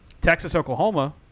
Texas-Oklahoma